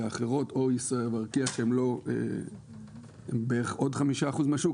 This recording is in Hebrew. והאחרות או ישראייר וארקיע שהן בערך עוד חמישה אחוזים מהשוק,